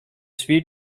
sweet